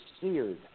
seared